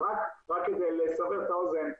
אז רק כדי לסבר את האוזן,